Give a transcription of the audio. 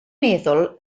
meddwl